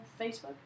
Facebook